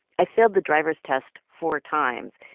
i failed the driver's test four times.